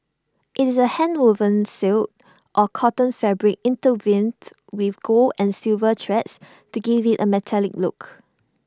IT is A handwoven silk or cotton fabric intertwined with gold and silver threads to give IT A metallic look